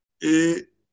et